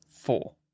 Four